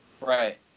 Right